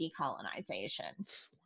decolonization